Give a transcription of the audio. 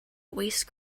waste